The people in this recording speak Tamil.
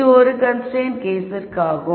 இது ஒரு கன்ஸ்ரைன்ட் கேஸிற்காகும்